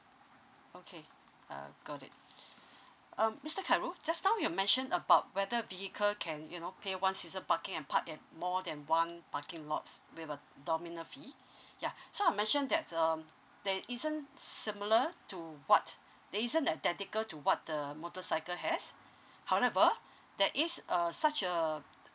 okay uh got it um mister khairul just now you mention about whether vehicle can you know pay one season parking and park at more than one parking lots with a dominal fee yeah so I mention that um there isn't similar to what there isn't identical to what the motorcycle has however that is err such a